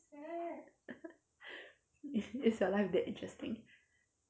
is is your life that interesting